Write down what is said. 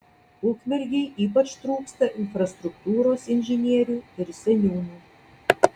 ukmergei ypač trūksta infrastruktūros inžinierių ir seniūnų